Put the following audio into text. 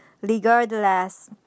regardless